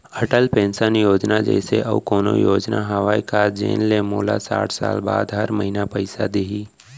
Atal pension योजना जइसे अऊ कोनो योजना हावे का जेन ले मोला साठ साल बाद हर महीना पइसा दिही?